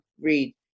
read